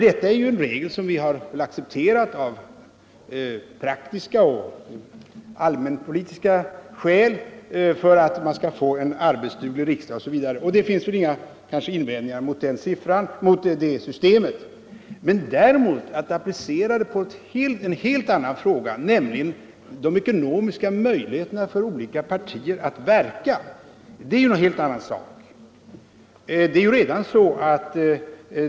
Detta är en regel som vi har accepterat av praktiska och allmänpolitiska skäl i syfte att få en arbetsduglig riksdag. Det finns inga invändningar att göra mot det systemet. Men att applicera det på en helt annan fråga, nämligen de ekonomiska möjligheterna för olika partier att verka, är en annan sak.